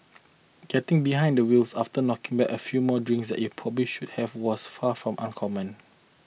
getting behind the wheels after knocking back a few more drinks than you probably should have was far from uncommon